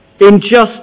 Injustice